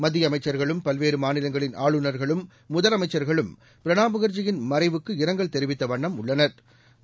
மத்திய அமைச்சர்களும் பல்வேறு மாநிலங்களின் ஆளுநர்களும் முதலமைச்சர்களும் பிரணாப் முகர்ஜியின் மறைவுக்கு இரங்கல் தெரிவித்த வண்ணம் உள்ளனா்